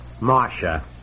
Marcia